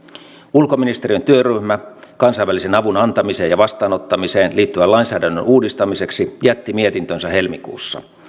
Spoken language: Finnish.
ulkoministeriön työryhmä kansainvälisen avun antamiseen ja vastaanottamiseen liittyvän lainsäädännön uudistamiseksi jätti mietintönsä helmikuussa